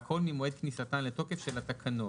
והכל ממועד כניסתן לתוקף של התקנות".